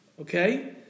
Okay